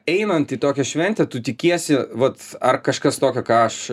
einant į tokią šventę tu tikiesi vat ar kažkas tokio ką aš